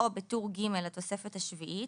או בטור ג' לתוספת השביעית,